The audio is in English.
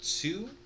two